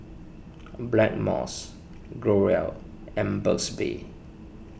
Blackmores Growell and Burt's Bee